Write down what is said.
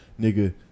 nigga